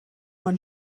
man